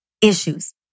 issues